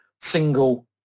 single